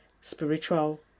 spiritual